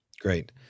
great